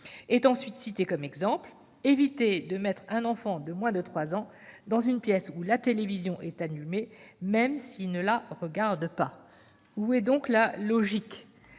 il est conseillé d'« éviter de mettre un enfant de moins de trois ans dans une pièce où la télévision est allumée (même s'il ne la regarde pas). » Où est donc la logique ?